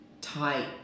tight